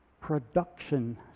production